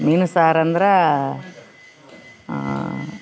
ಮೀನು ಸಾರು ಅಂದ್ರ